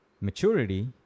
Maturity